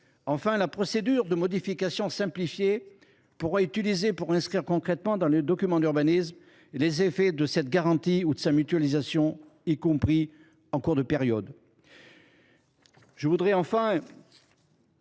Enfin, la procédure de modification simplifiée pourra être utilisée pour inscrire concrètement dans les documents d’urbanisme les effets de cette garantie ou de sa mutualisation, y compris en cours de période.